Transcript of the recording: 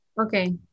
okay